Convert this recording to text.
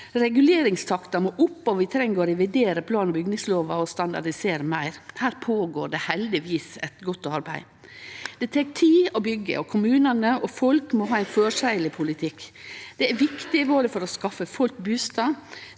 Reguleringstakta må opp, og vi treng å revidere plan- og bygningslova og standardisere meir. Her føregår det heldigvis eit godt arbeid. Det tek tid å byggje, og kommunane og folk må ha ein føreseieleg politikk. Det er viktig, både for å skaffe folk bustad